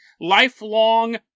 lifelong